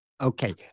Okay